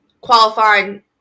qualifying